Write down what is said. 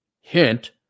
Hint